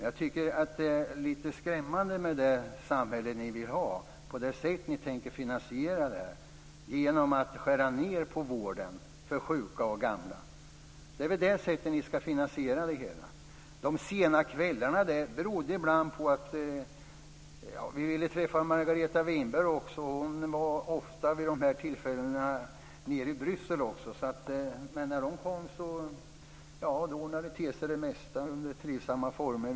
Jag tycker att det är lite skrämmande med det samhälle ni vill ha och det sätt på vilket ni tänker finansiera det; genom att skära ned på vården av sjuka och gamla. Det är väl det sättet ni ska finansiera det hela på. De sena kvällarna berodde ibland på att vi ville träffa Margareta Winberg också. Hon var ofta vid de här tillfällena nere i Bryssel. Men när hon kom ordnade det mesta till sig under trivsamma former.